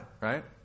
right